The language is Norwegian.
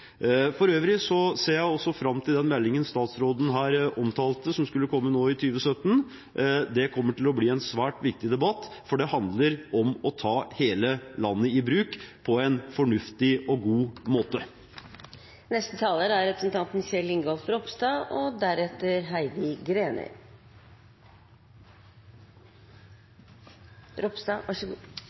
For øvrig ser jeg fram til meldingen statsråden her omtalte, som skal komme i 2017. Den kommer til å føre til en svært viktig debatt, for det handler om å ta hele landet i bruk på en fornuftig og god måte. Jeg vil også få lov å takke interpellanten for en viktig interpellasjon, og